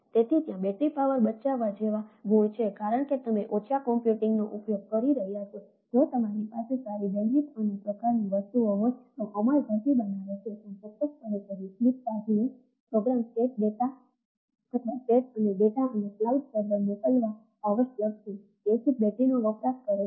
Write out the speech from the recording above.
તેથી ત્યાં battery power બચાવવા જેવા ગુણ છે કારણ કે તમે ઓછા કમ્પ્યુટિંગનો ઉપયોગ કરી રહ્યાં છો જો તમારી પાસે સારી બેન્ડવિડ્થ સર્વર મોકલવા આવશ્યક છે તેથી જ બેટરીનો વપરાશ કરે છે